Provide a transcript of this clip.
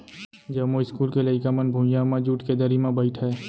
जमो इस्कूल के लइका मन भुइयां म जूट के दरी म बइठय